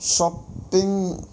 shopping